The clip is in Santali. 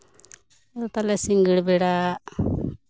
ᱟᱫᱚ ᱛᱟᱦᱚᱞᱮ ᱥᱤᱸᱜᱟᱹᱲ ᱵᱮᱲᱟ